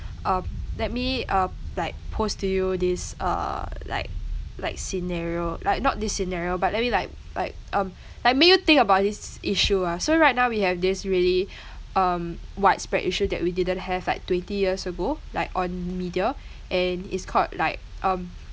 um let me um like post to you this uh like like scenario like not this scenario but I mean like like um like make you think about this issue ah so right now we have this really um widespread issue that we didn't have like twenty years ago like on media and it's called like um